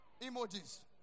Emojis